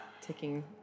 taking